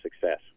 success